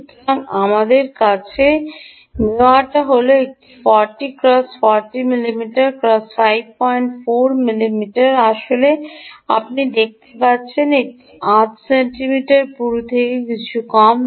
সুতরাং আমাদের কাছে নেওয়াটা হল একটি 40 ক্রস 40 মিমি ক্রস 545 মিমি আসলে আপনি দেখতে পাচ্ছেন এটি আধ সেন্টিমিটার পুরু থেকে কিছুটা কম